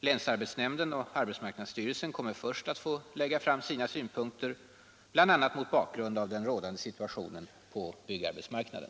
Länsarbetsnämnden och arbetsmarknaädsstyrelsen kommer först att få lägga fram sina synpunkter, bl.a. mot bakgrund av den rådande situationen på byggarbetsmarknaden.